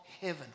heaven